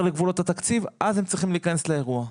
לגבולות התקציב אז הם צריכים להיכנס לאירוע.